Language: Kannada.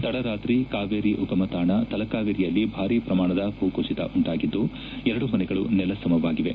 ತಡರಾತ್ರಿ ಕಾವೇರಿ ಉಗಮತಾಣ ತಲಕಾವೇರಿಯಲ್ಲಿ ಭಾರೀ ಪ್ರಮಾಣದ ಭೂಕುಸಿತ ಉಂಟಾಗಿದ್ದು ಎರಡು ಮನೆಗಳು ನೆಲಸಮವಾಗಿವೆ